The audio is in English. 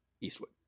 Eastwood